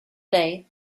day